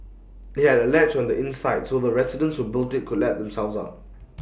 IT had A latch on the inside so the residents who built IT could let themselves out